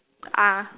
ah